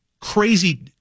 crazy